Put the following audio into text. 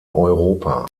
europa